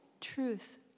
truth